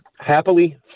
happily